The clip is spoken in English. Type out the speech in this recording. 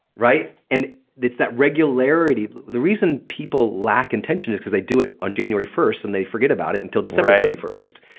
and it's that regularity. the reason people lack intention is because they do it on january first and they forget about it until december thirty first.